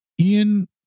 Ian